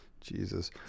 Jesus